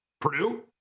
Purdue